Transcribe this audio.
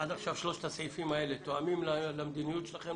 עד עכשיו שלושת הסעיפים האלה תואמים למדיניות שלכם,